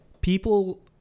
people